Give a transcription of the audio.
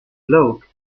bloke